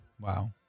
Wow